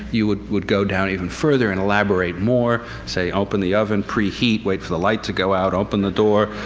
you would would go down even further and elaborate more say, open the oven, preheat, wait for the light to go out, open the door,